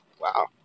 wow